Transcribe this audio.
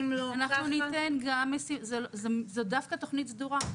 זאת דווקא תכנית סדורה,